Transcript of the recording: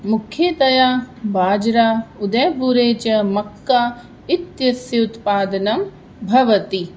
मुख्यतया बाजरा उदयपुरे च मक्का इत्यस्य उत्पादनं भवति